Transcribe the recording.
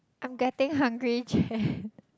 I'm getting hungry Jen